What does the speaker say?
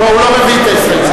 לא, הוא לא מביא את ההסתייגויות.